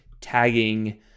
tagging